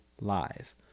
Live